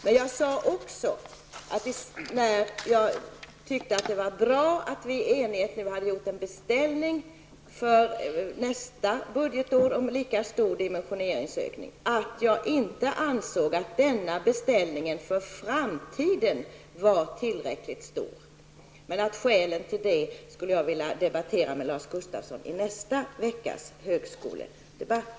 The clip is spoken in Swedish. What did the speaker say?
Men jag sade också så här: När vi nu i enighet hade gjort en beställning för nästa budgetår om en lika stor dimensioneringsökning, ansåg jag inte att denna beställning var tillräcklig stor för framtiden. Skälen för detta ställningstagande vill jag debattera med Lars Gustafsson i nästa veckas högskoledebatt.